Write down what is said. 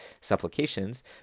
supplications